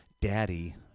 Daddy